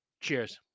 Cheers